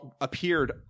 appeared